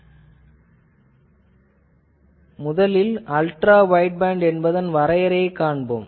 நாம் முதலில் ultra wideband எனபதன் வரையறையைக் காண்போம்